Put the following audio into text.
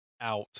out